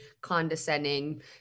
condescending